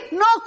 no